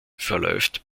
verläuft